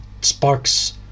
sparks